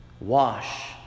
Wash